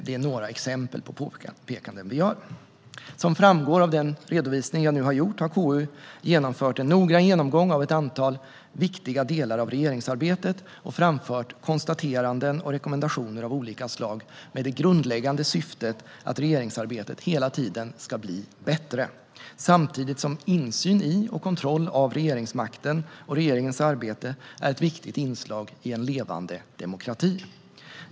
Det är några exempel på påpekanden vi gör. Som framgår av den redovisning jag nu har gjort har KU genomfört en noggrann genomgång av ett antal viktiga delar av regeringsarbetet och framfört konstateranden och rekommendationer av olika slag med det grundläggande syftet att regeringsarbetet hela tiden ska bli bättre. Insyn i och kontroll av regeringsmakten och regeringens arbete är ett viktigt inslag i en levande demokrati.